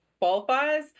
qualifies